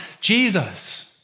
Jesus